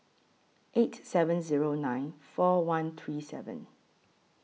eight seven Zero nine four one three seven